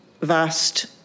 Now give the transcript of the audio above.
vast